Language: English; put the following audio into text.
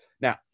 Now